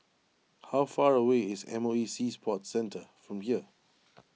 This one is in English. how far away is M O E Sea Sports Centre from here